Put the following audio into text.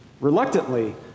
Reluctantly